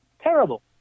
terrible